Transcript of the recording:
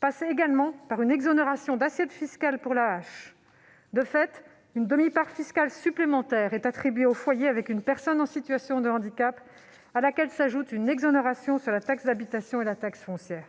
passe également par une exonération d'assiette fiscale pour l'AAH. De fait, une demi-part fiscale supplémentaire est attribuée aux foyers avec une personne en situation de handicap, à laquelle s'ajoute une exonération sur la taxe d'habitation et la taxe foncière.